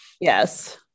Yes